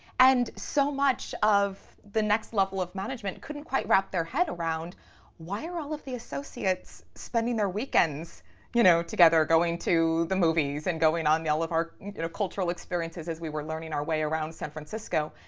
and so much of the next level of management couldn't quite wrap their head around why are all of the associates spending their weekends you know together going to the movies and going on all of our you know cultural experiences as we were learning our way around san francisco?